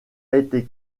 été